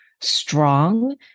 strong